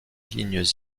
lignes